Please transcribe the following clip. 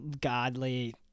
godly